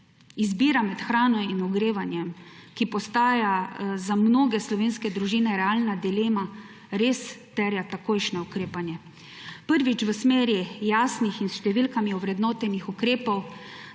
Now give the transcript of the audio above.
izbira med hrano in ogrevanjem, ki postaja za mnoge slovenske družine realna dilema, res terja takojšnje ukrepanje. Gre za ukrepanje v smeri jasnih in s številkami ovrednotenih ukrepov,